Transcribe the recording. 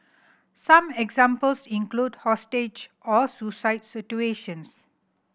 some examples include hostage or suicide situations